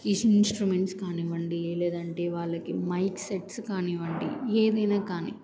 ఈ ఇన్స్ట్రుమెంట్స్ కానివ్వండి లేదంటే వాళ్ళకి మైక్ సెట్స్ కానివ్వండి ఏదైనా కానీ